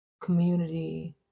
community